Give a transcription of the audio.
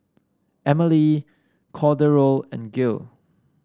Emelie Cordero and Gael